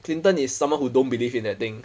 clinton is someone who don't believe in that thing